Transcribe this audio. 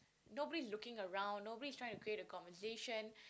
nobody is looking around nobody is trying to create a conversation